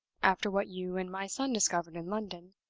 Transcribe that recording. after what you and my son discovered in london?